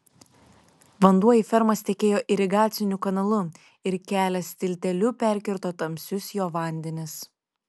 vanduo į fermas tekėjo irigaciniu kanalu ir kelias tilteliu perkirto tamsius jo vandenis